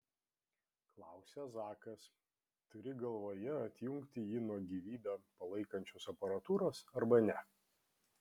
klausia zakas turi galvoje atjungti jį nuo gyvybę palaikančios aparatūros arba ne